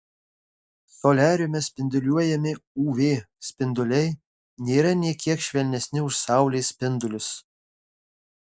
soliariume spinduliuojami uv spinduliai nėra nė kiek švelnesni už saulės spindulius